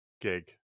gig